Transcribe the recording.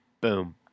boom